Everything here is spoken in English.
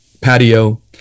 patio